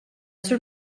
sur